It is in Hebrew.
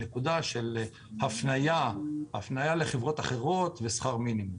אני רוצה לציין נקודה של הפנייה לחברות אחרות ושכר מינימום.